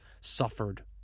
suffered